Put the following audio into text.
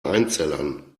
einzellern